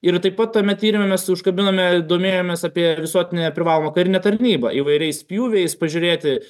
ir taip pat tame tyrime mes užkabinome domėjomės apie visuotinę privalomą karinę tarnybą įvairiais pjūviais pažiūrėti